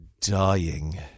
dying